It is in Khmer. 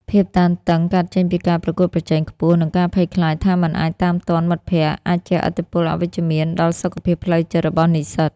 ភាពតានតឹងកើតចេញពីការប្រកួតប្រជែងខ្ពស់ និងការភ័យខ្លាចថាមិនអាចតាមទាន់មិត្តភ័ក្តិអាចជះឥទ្ធិពលអវិជ្ជមានដល់សុខភាពផ្លូវចិត្តរបស់និស្សិត។